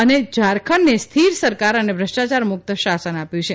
અને ઝારખંડને સ્થિર સરકાર અને ભ્રષ્ટાયાર મુક્ત શાસન આપ્યું છે